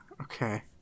Okay